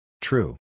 True